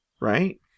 right